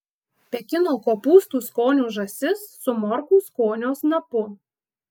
pekino kopūstų skonio žąsis su morkų skonio snapu